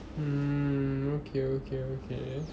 mm okay okay okay